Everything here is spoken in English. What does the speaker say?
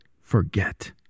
forget